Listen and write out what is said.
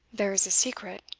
there is a secret.